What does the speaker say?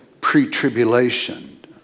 pre-tribulation